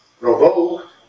provoked